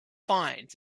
finds